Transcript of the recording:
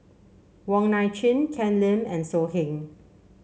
Wong Nai Chin Ken Lim and So Heng